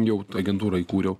jau agentūrą įkūriau